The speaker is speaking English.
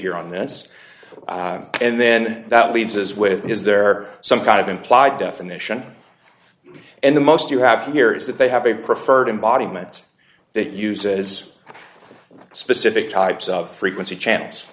here on this and then that leaves us with is there some kind of implied definition and the most you have here is that they have a preferred embodiment that uses specific types of frequency channels